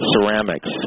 ceramics